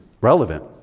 relevant